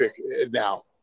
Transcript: Now